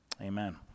Amen